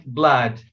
blood